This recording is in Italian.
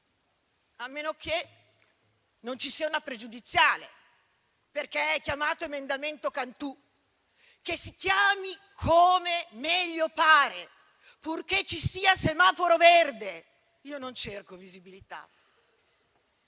a meno che non ci sia una pregiudiziale, perché è chiamato emendamento Cantù; che si chiami come meglio pare, purché ci sia semaforo verde. Io non cerco visibilità.